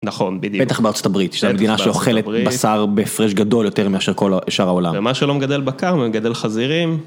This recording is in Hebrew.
נכון בדיוק, בטח בארצות הברית, שזה מדינה שאוכלת בשר בהפרש גדול יותר מאשר כל השאר העולם, ומה שלא מגדל בקר, מגדל חזירים.